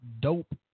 dope